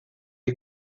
est